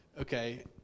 okay